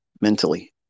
mentally